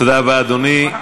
תודה רבה, אדוני.